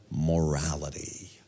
morality